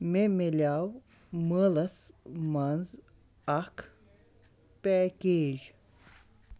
مےٚ مِلیو مٲلَس منٛز اَکھ پیکیج